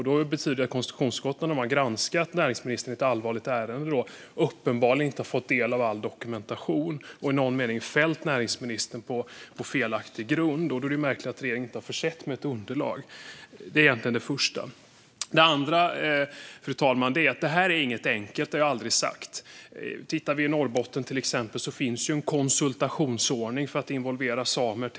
Det betyder att konstitutionsutskottet i sin granskning av näringsministern i ett allvarligt ärende uppenbarligen inte har fått del av all dokumentation och därför i någon mening "fällt" näringsministern på felaktig grund. Det är märkligt att regeringen inte har försett KU med underlag. Det andra, fru talman, är att det här inte är något enkelt, vilket jag heller aldrig sagt. I Norrbotten finns till exempel en konsultationsordning för att involvera samer.